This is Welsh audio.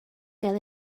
gael